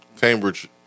Cambridge